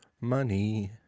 money